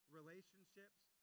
relationships